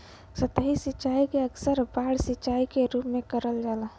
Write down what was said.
सतही सिंचाई के अक्सर बाढ़ सिंचाई के रूप में करल जाला